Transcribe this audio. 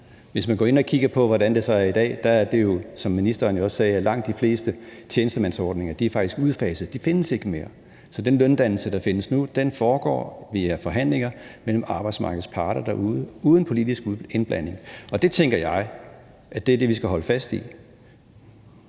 Hvis man går ind og kigger på, hvordan det så er i dag, ser man jo, som ministeren også sagde, at langt de fleste tjenestemandsordninger faktisk er udfaset, de findes ikke mere, så den løndannelse, der findes nu, foregår via forhandlinger mellem arbejdsmarkedets parter derude uden politisk indblanding, og det tænker jeg er det, vi skal holde fast i.